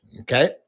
Okay